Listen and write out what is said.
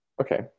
Okay